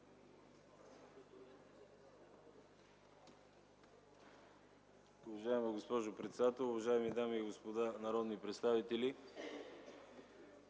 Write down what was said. Уважаема госпожо председател, уважаеми дами и господа народни представители!